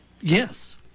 Yes